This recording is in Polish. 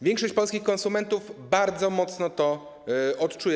Większość polskich konsumentów bardzo mocno to odczuje.